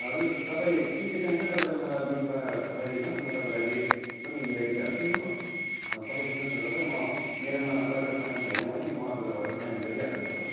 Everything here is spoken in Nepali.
हजुर तपाईँ के के चाहिन्छ तपाईँले मलाई लिस्ट बनाएर पठाइदिनुहोस् म तपाईँलाई म रेट पनि मिलाइदिइहाल्छु हो अब पठाइदिनुहोस् न तपाईँ म मेरोमा कतिवटा सामान छैन भने म अर्को जग्गाबाट पनि म्यानेज गरिदिइहाल्छु नि तपाईँलाई